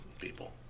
people